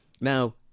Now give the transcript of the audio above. now